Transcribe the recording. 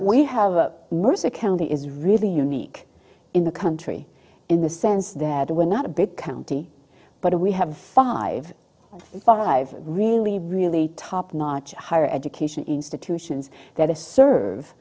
we have a mercer county is really unique in the country in the sense that we're not a big county but we have five five really really top notch higher education institutions that are serve